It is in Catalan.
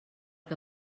que